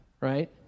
right